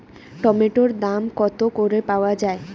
টমেটোর দাম কত করে পাওয়া যায়?